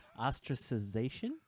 Ostracization